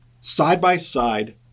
side-by-side